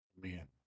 Man